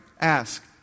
Ask